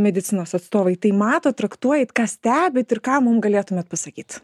medicinos atstovai tai matot traktuojat ką stebit ir ką mum galėtumėt pasakyt